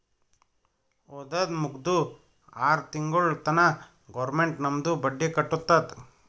ಓದದ್ ಮುಗ್ದು ಆರ್ ತಿಂಗುಳ ತನಾ ಗೌರ್ಮೆಂಟ್ ನಮ್ದು ಬಡ್ಡಿ ಕಟ್ಟತ್ತುದ್